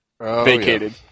Vacated